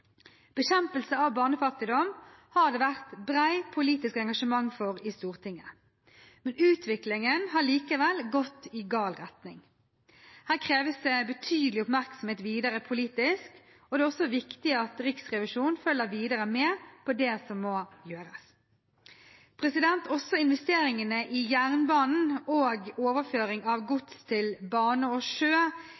Bekjempelse av barnefattigdom har det vært bredt politisk engasjement for i Stortinget, men utviklingen har likevel gått i gal retning. Her kreves det betydelig oppmerksomhet videre politisk, og det er viktig at også Riksrevisjonen følger videre med på det som må gjøres. Også investeringene i jernbanen, og overføring av